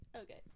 Okay